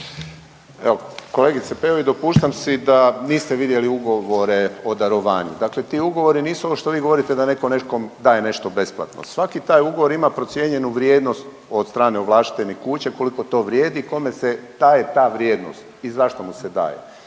Evo, kolegice Peović, dopuštam si da niste vidjeli ugovore o darovanju. Dakle ti ugovori nisu ovo što vi govorite da je neko nekom daje nešto besplatno. Svaki taj ugovor ima procijenjenu vrijednost od strane ovlaštenih kuća, koliko to vrijedi, kome se ta i ta vrijednost i zašto mu se daje.